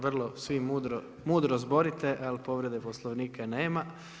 Vrlo svi mudro zborite, ali povrede Poslovnika nema.